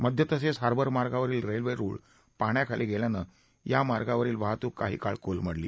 मध्य तसेच हार्वर मार्गावरील रेल्वे रूळ पाण्याखाली गेल्याने या मार्गावरील वाहतूक काही काळ कोलमडली